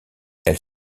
elle